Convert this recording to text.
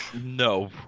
no